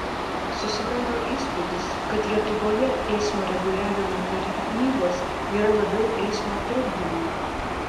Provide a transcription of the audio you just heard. susidaro įspūdis kad lietuvoje eismo reguliavimo tarnybos yra labiau eismo trukdymo